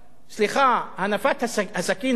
סליחה, הנפת הסכין הזאת,